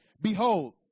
Behold